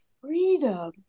freedom